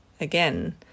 again